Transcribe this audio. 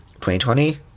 2020